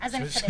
אז אני אחדד.